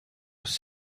was